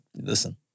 listen